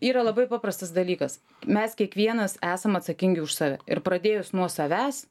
yra labai paprastas dalykas mes kiekvienas esam atsakingi už save ir pradėjus nuo savęs